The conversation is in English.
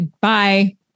bye